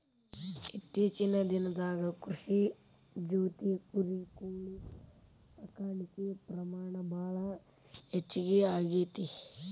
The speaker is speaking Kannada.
ಇತ್ತೇಚಿನ ದಿನದಾಗ ಕೃಷಿ ಜೊತಿ ಕುರಿ, ಕೋಳಿ ಸಾಕಾಣಿಕೆ ಪ್ರಮಾಣ ಭಾಳ ಹೆಚಗಿ ಆಗೆತಿ